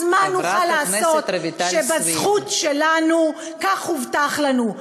אז מה נוכל לעשות שבזכות שלנו, כך הובטח לנו?